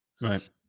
Right